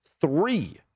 three